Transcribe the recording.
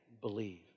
believe